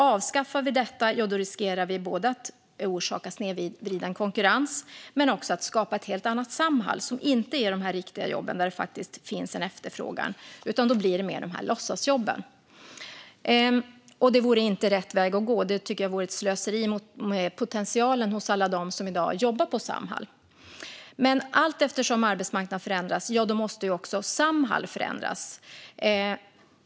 Avskaffar vi detta riskerar vi både att orsaka snedvriden konkurrens och att skapa ett helt annat Samhall, som inte ger riktiga jobb där det finns en efterfrågan, utan det blir mer av låtsasjobb. Det vore inte rätt väg att gå. Jag tror att det vore ett slöseri med potentialen hos alla dem som i dag jobbar på Samhall. Men allteftersom arbetsmarknaden förändras måste också Samhall förändras.